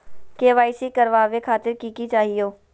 KYC करवावे खातीर कि कि चाहियो?